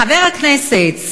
חבר הכנסת,